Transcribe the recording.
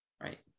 Right